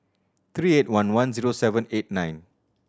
three eight one one zero seven eight nine